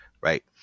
right